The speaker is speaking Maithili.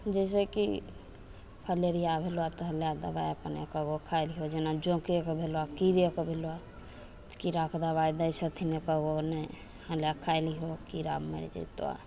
जैसे कि फलेरिया भेलऽ तऽ हले दबाइ अपने कबो खाइ लिहऽ जेना जोंकेके भेलऽ कीड़ेके भेलऽ तऽ कीड़ाके दबाइ दै छथिन हले खाइ लिहऽ कीड़ा मरि जेतऽ